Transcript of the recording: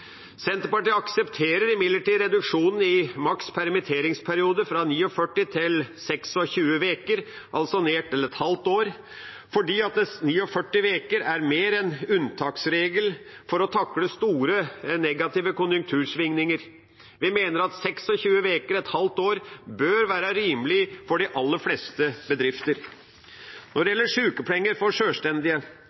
Senterpartiet aksepterer imidlertid reduksjonen i maks permitteringsperiode fra 49 til 26 uker, altså ned til et halvt år, fordi 49 uker er mer en unntaksregel for å takle store negative konjunktursvingninger. Vi mener at 26 uker, et halvt år, bør være rimelig for de aller fleste bedrifter. Når det gjelder sjukepenger for sjølstendige,